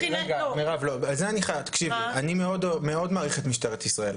אני מאוד מעריך את משטרת ישראל,